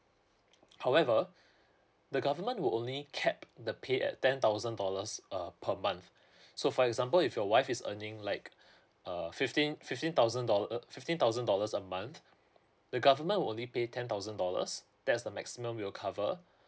however the government will only cap the pay at ten thousand dollars uh per month so for example if your wife is earning like uh fifteen fifteen thousand dollar fifteen thousand dollars a month the government will only pay ten thousand dollars that is the maximum we'll cover